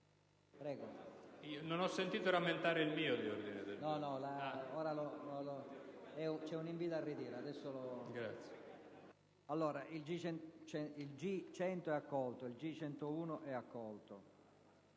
il G102 è accolto